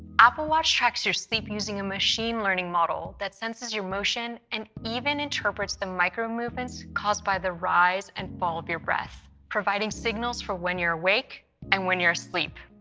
apple watch tracks your sleep using a machine-learning model that senses your motion and even interprets the micro-movements caused by the rise and fall of your breath, providing signals for when you're awake and when you're asleep.